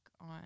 on